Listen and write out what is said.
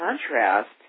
contrast